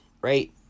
right